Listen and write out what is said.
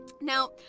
Now